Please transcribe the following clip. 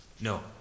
No